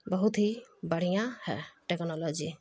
بہت ہی بڑھیا ہے ٹیکنالوجی